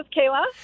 Kayla